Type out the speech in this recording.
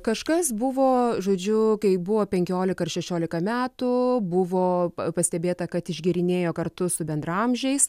kažkas buvo žodžiu kai buvo penkiolika ar šešiolika metų buvo pastebėta kad išgėrinėjo kartu su bendraamžiais